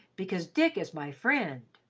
because dick is my friend.